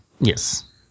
Yes